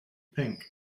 pink